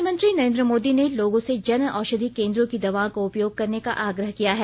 प्रधानमंत्री नरेन्द्र मोदी ने लोगों से जन औषधि केन्द्रों की दवाओं का उपयोग करने का आग्रह किया है